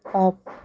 off